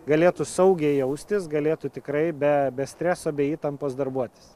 galėtų saugiai jaustis galėtų tikrai be be streso be įtampos darbuotis